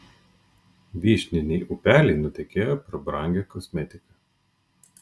vyšniniai upeliai nutekėjo per brangią kosmetiką